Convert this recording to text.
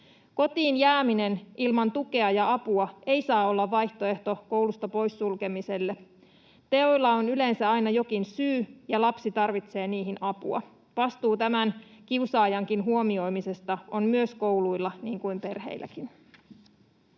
Kotiin jääminen ilman tukea ja apua ei saa olla vaihtoehto koulusta poissulkemiselle. Teoille on yleensä aina jokin syy, ja lapsi tarvitsee niihin apua. Vastuu kiusaajankin huomioimisesta on myös kouluilla niin kuin perheilläkin.